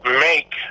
make